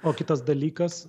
o kitas dalykas